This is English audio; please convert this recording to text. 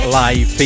live